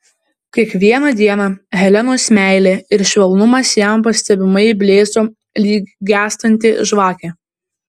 kiekvieną dieną helenos meilė ir švelnumas jam pastebimai blėso lyg gęstanti žvakė